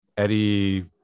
Eddie